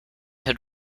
had